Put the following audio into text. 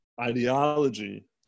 ideology